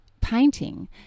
painting